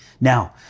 Now